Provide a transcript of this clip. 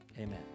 Amen